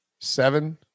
seven